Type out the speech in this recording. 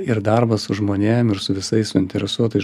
ir darbas su žmonėm ir su visais suinteresuotais